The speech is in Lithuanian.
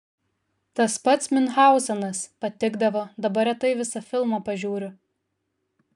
tas pats miunchauzenas patikdavo dabar retai visą filmą pažiūriu